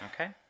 Okay